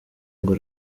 ngo